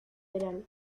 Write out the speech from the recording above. verano